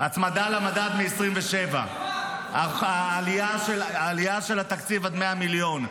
הצמדה למדד מ-27, העלייה של התקציב עד 100 מיליון.